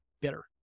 bitter